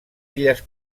illes